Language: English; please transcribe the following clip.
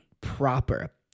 proper